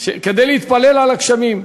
כדי להתפלל על הגשמים.